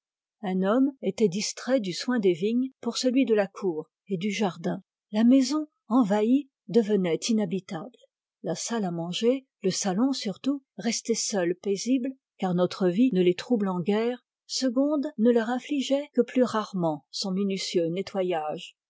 un homme était distrait du soin des vignes pour celui de la cour et du jardin la maison envahie devenait inhabitable la salle à manger le salon surtout restaient seuls paisibles car notre vie ne les troublant guère segonde ne leur infligeait que plus rarement son minutieux nettoyage